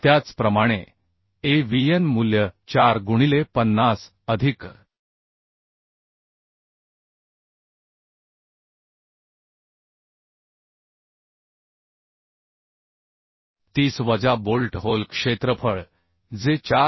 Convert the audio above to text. त्याचप्रमाणे Avn मूल्य 4 गुणिले 50 अधिक 30 वजा बोल्ट होल क्षेत्रफळ जे 4